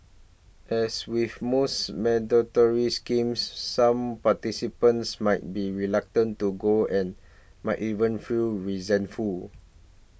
as with most mandatory schemes some participants might be reluctant to go and might even feel resentful